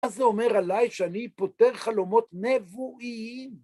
מה זה אומר עליי שאני פותר חלומות נבואיים?